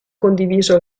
condiviso